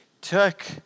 took